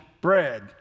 bread